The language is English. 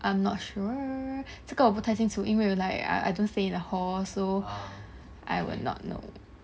I'm not sure 这个我不太清楚因为 like I I don't stay in hall so I will not know